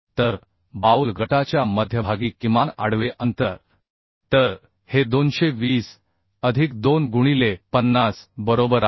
तर बाउल गटाच्या मध्यभागी किमान आडवे अंतर तर हे 220 अधिक 2 गुणिले 50 बरोबर आहे